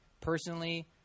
personally